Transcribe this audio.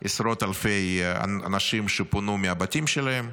עשרות אלפי אנשים שפונו מהבתים שלהם,